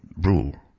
rule